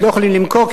הם לא יכולים למכור.